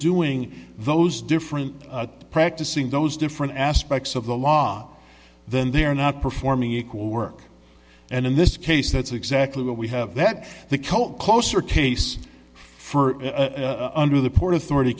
doing those different practicing those different aspects of the law then they're not performing equal work and in this case that's exactly what we have that the cult closer tace for under the port authority